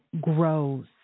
grows